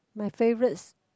my favourites